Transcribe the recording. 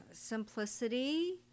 Simplicity